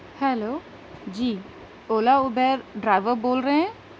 hello جی Ola Uber driver بول رہے ہیں